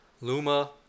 Luma